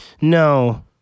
No